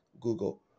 Google